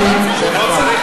הוא לא צריך